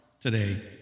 today